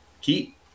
keep